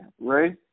Ray